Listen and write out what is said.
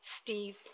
Steve